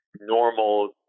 normal